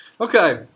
Okay